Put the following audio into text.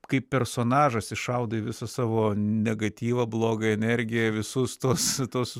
kaip personažas iššaudai visą savo negatyvą blogą energiją visus tuos tuos